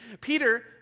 Peter